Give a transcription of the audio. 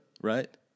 right